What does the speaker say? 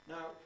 Now